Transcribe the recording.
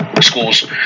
schools